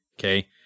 Okay